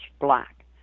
black